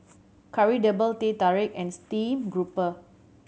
Kari Debal Teh Tarik and steamed grouper